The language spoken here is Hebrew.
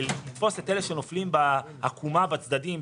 לתפוס את אלה שנופלים בעקומה בצדדים,